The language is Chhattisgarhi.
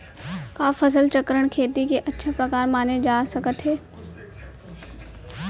का फसल चक्रण, खेती के अच्छा प्रकार माने जाथे सकत हे?